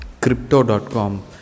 Crypto.com